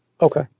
okay